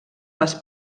les